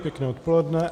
Pěkné odpoledne.